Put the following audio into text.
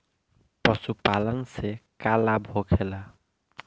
पशुपालन से का लाभ होखेला?